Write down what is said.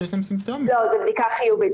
לא, זה בדיקה חיובית.